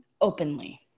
openly